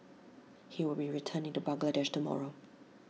he will be returning to Bangladesh tomorrow